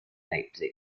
leipzig